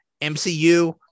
MCU